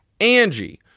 Angie